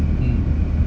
mm